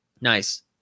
Nice